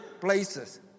places